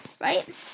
Right